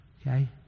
Okay